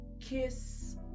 kiss